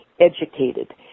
educated